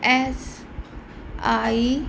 S I